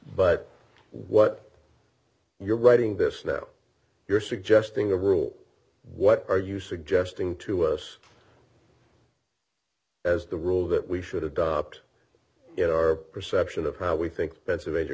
but what you're writing this now you're suggesting a rule what are you suggesting to us as the rule that we should adopt in our perception of how we think